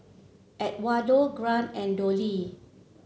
Edwardo Grant and Dollye